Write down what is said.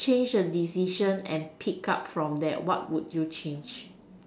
change a decision and pick up from there what would you change